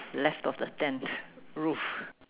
left of the tent roof